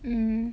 mm